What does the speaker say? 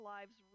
Lives